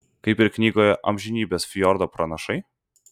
kaip ir knygoje amžinybės fjordo pranašai